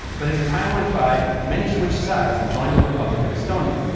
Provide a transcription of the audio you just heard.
but as time went by many switched sides and joined the republic of estonia,